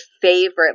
favorite